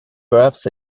perhaps